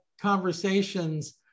conversations